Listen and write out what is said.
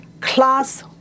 class